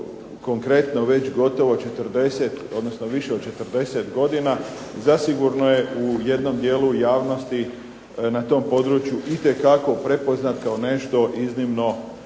konkretno već gotovo 40, odnosno više od 40 godina zasigurno je u jednom dijelu javnosti na tom području itekako prepoznat kao nešto iznimno